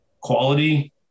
quality